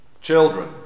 Children